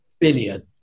billion